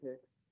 picks